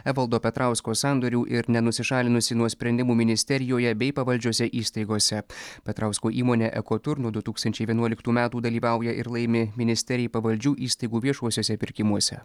evaldo petrausko sandorių ir nenusišalinusi nuo sprendimų ministerijoje bei pavaldžiose įstaigose petrausko įmonė ekotur nuo du tūkstančiai vienuoliktų metų dalyvauja ir laimi ministerijai pavaldžių įstaigų viešuosiuose pirkimuose